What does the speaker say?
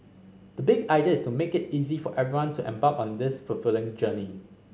the big idea is to make it easy for everyone to embark on this fulfilling journey